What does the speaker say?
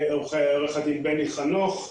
ועורך הדין בני חנוך,